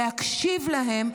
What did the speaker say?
להקשיב להם,